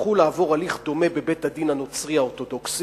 יצטרך לעבור הליך דומה בבית-הדין הנוצרי האורתודוקסי,